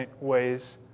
ways